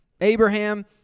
Abraham